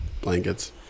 blankets